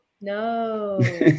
No